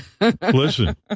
Listen